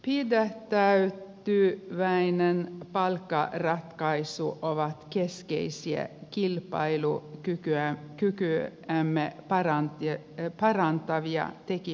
idean pään tyytyväinen palkkaa pidättäytyväinen palkkaratkaisu ovat keskeisiä kilpailua kykyä ja kykyä emme varaan kilpailukykyämme parantavia tekijöitä